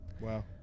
Wow